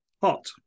Hot